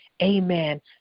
amen